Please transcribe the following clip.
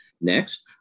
Next